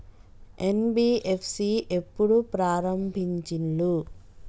NBFC ఎప్పుడు ప్రారంభించిల్లు?